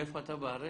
מאיפה אתה בארץ?